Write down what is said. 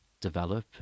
develop